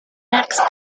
max